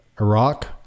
Iraq